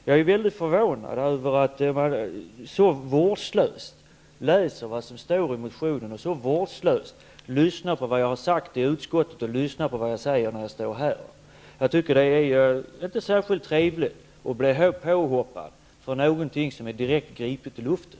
Jag är mycket förvånad över att man så vårdslöst läser vad som står i motionen och så vårdslöst lyssnar på vad jag säger i utskottet och här i kammaren. Det är inte särskilt trevligt att bli påhoppad för någonting som är direkt gripet ur luften.